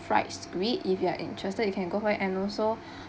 fried squid if you are interested you can go for it and also